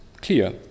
clear